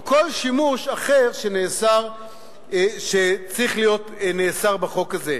כל שימוש אחר שצריך להיות נאסר בחוק הזה.